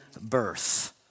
birth